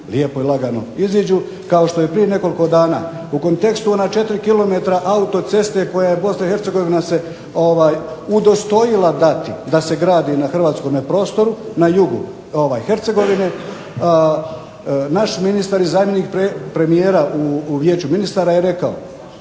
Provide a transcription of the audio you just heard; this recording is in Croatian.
lijepo i lagano iziđu kao što je prije nekoliko dana u kontekstu ona 4 km autocesta koja BiH udostojala dali da se gradi na hrvatskom prostoru, na jugu Hercegovine, naš ministar zadnji premijer u Vijeću ministara rekao,